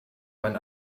man